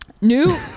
new